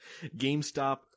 GameStop